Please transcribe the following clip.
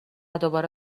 دوباره